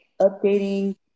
updating